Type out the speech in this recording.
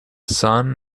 sun